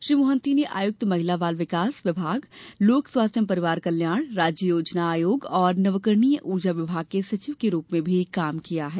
श्री मोहंती ने आयुक्त महिला बाल विकास लोक स्वास्थ्य परिवार कल्याण राज्य योजना आयोग और नवकरणीय ऊर्जा विभाग के सचिव के रूप में भी काम किया है